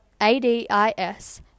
ADIS